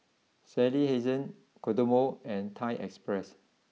Sally Hansen Kodomo and Thai Express